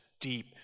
deep